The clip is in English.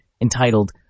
entitled